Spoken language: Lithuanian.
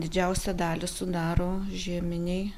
didžiausią dalį sudaro žieminiai